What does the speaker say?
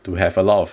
to have a lot of